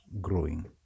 growing